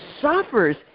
suffers